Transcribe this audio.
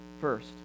First